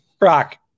Rock